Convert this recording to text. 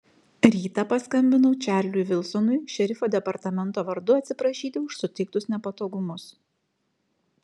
rytą paskambinau čarliui vilsonui šerifo departamento vardu atsiprašyti už suteiktus nepatogumus